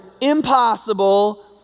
impossible